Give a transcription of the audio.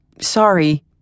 Sorry